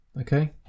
Okay